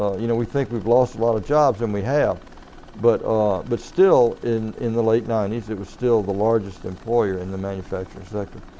you know we think we've lost a lot of jobs and we have but ah but still in in the late ninety s, it was still the largest employer in the manufacturing sector.